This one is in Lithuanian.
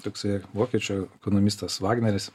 toksai vokiečių ekonomistas vagneris